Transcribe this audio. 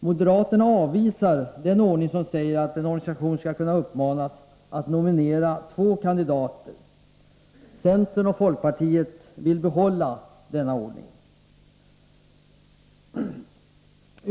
Moderaterna avvisar den ordning som säger att en organisation skall uppmanas att nominera två kandidater. Centern och folkpartiet vill behålla denna ordning.